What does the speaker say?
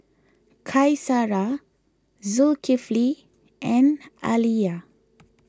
Qaisara Zulkifli and Alya